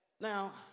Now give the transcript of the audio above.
Now